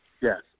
Yes